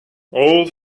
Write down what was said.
old